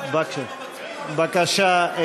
היא הלכה עם המצפון.